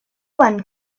one